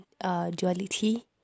duality